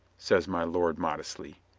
says my lord modestly,